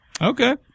Okay